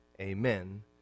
amen